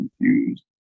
confused